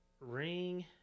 Ring